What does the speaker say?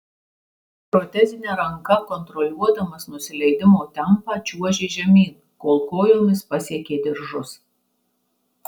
protezine ranka kontroliuodamas nusileidimo tempą čiuožė žemyn kol kojomis pasiekė diržus